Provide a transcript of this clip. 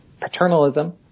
paternalism